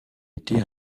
été